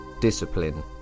discipline